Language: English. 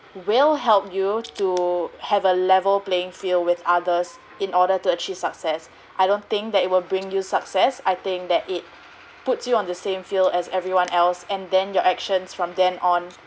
will help you to have a level playing field with others in order to achieve success I don't think that it will bring you success I think that it puts you on the same field as everyone else and then your actions from then on